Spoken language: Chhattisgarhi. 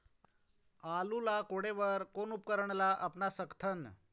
आलू ला कोड़े बर कोन उपकरण ला अपना सकथन?